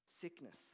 Sickness